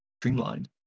streamlined